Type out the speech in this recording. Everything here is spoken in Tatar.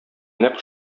нәкъ